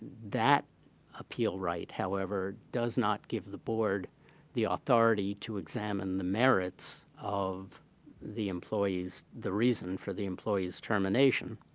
that appeal right, however, does not give the board the authority to examine the merits of the employee's the reason for the employee's termination.